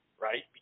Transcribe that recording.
right